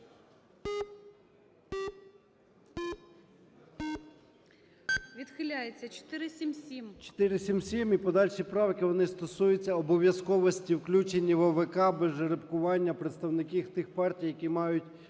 ЧЕРНЕНКО О.М. 477-а і подальші правки вони стосуються обов'язковості включення в ОВК без жеребкування представників тих партій, які мають